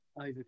over